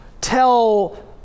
tell